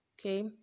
okay